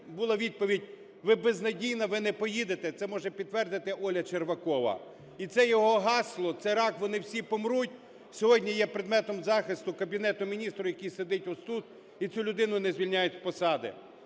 була відповідь: "Ви безнадійна, ви не поїдете". Це може підтвердити Оля Червакова. І це його гасло: "Це рак. Вони всі помруть", - сьогодні є предметом захисту Кабінету Міністрів, який сидить ось тут, і цю людину не звільняють з посади.